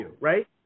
right